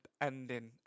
ending